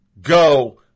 Go